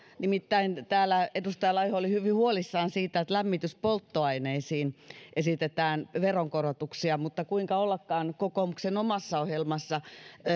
nimittäin täällä edustaja laiho oli hyvin huolissaan siitä että lämmityspolttoaineisiin esitetään veronkorotuksia mutta kuinka ollakaan kokoomuksen omassa ohjelmassa